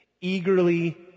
Eagerly